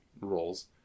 roles